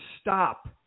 stop